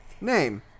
name